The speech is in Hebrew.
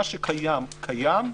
מה שקיים קיים,